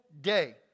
day